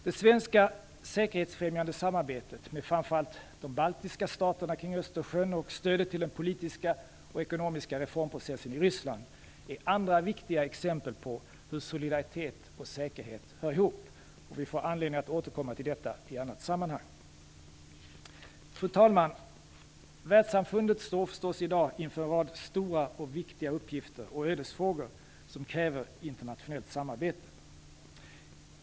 Det svenska säkerhetsfrämjande samarbetet med framför allt de baltiska staterna kring Östersjön och stödet till den politiska och ekonomiska reformprocessen i Ryssland är andra viktiga exempel på hur solidaritet och säkerhet hör ihop. Vi får anledning att återkomma till detta i annat sammanhang. Fru talman! Världssamfundet står i dag för en rad stora och viktiga uppgifter och ödesfrågor som kräver internationellt samarbete.